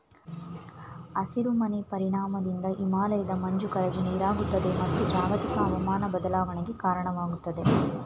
ಹಸಿರು ಮನೆ ಪರಿಣಾಮದಿಂದ ಹಿಮಾಲಯದ ಮಂಜು ಕರಗಿ ನೀರಾಗುತ್ತದೆ, ಮತ್ತು ಜಾಗತಿಕ ಅವಮಾನ ಬದಲಾವಣೆಗೆ ಕಾರಣವಾಗುತ್ತದೆ